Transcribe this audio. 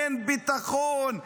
אין ביטחון,